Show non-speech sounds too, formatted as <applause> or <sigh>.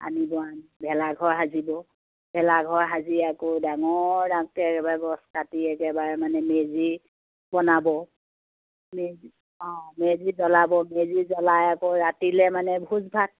আনিব <unintelligible> ভেলাঘৰ সাজিব ভেলাঘৰ সাজি আকৌ ডাঙৰ ডাঙৰকে একেবাৰে গছ কাটি একেবাৰে মানে মেজি বনাব মেজি অঁ মেজি জ্বলাব মেজি জ্বলাই আকৌ ৰাতিলে মানে ভোজ ভাত